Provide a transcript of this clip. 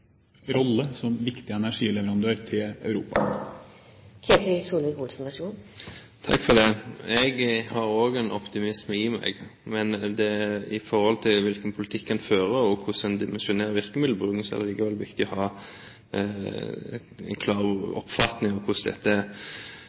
rolle som viktig energileverandør til Europa. Jeg har også en optimisme i meg, men i forhold til hvilken politikk en fører, og hvordan en dimensjonerer virkemiddelbruken, er det likevel viktig å ha en klar oppfatning av dette. Vi vil jo anta at Norge ønsker en god pris på dette